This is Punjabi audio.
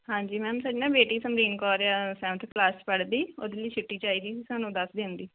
ਹਾਂਜੀ ਮੈਮ ਸਾਡੀ ਨਾ ਬੇਟੀ ਸਮਲੀਨ ਕੌਰ ਆ ਸੈਵਨਥ ਕਲਾਸ 'ਚ ਪੜ੍ਹਦੀ ਉਹਦੇ ਲਈ ਛੁੱਟੀ ਚਾਹੀਦੀ ਸੀ ਸਾਨੂੰ ਦਸ ਦਿਨ ਦੀ